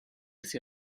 sia